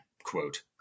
Quote